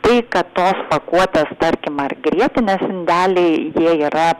tai kad tos pakuotės tarkim ar grietinės indeliai jie yra